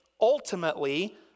ultimately